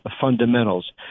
fundamentals